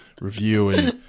reviewing